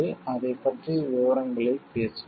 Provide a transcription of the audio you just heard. அதைப் பற்றிய விவரங்களைப் பேசுவோம்